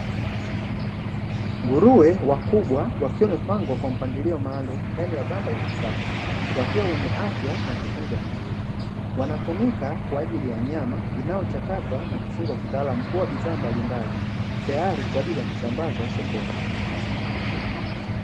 Nguruwe wakubwa wakiwa wamepangwa kwa mpangilio maalum ndani ya banda la kisasa wakiwa wenye afya na kutunzwa vizuri wanatumika kwa ajili ya nyama inayochakatwa na kufungwa kitaalam kuwa bidhaa mbalimbali tayari kwa ajili ya kusambazwa sokoni.